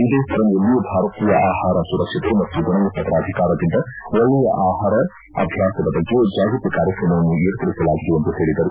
ಇದೇ ಸರಣಿಯಲ್ಲಿ ಭಾರತೀಯ ಆಹಾರ ಸುರಕ್ಷತೆ ಮತ್ತು ಗುಣಮಟ್ಲ ಪ್ರಾಧಿಕಾರದಿಂದ ಒಳ್ಳೆಯ ಆಹಾರ ಅಭ್ಯಾಸದ ಬಗ್ಗೆ ಜಾಗೃತಿ ಕಾರ್ಯಕ್ರಮವನ್ನು ಏರ್ಪಡಿಸಲಾಗಿದೆ ಎಂದು ಹೇಳದರು